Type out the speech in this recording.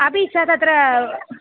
अपि च तत्र